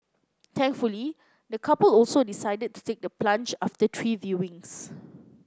thankfully the couple also decided to take the plunge after three viewings